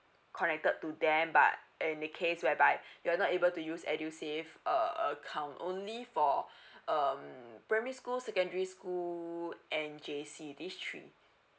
connected to them but any case whereby you're not able to use edusave uh account only for um primary school secondary school and J_C these three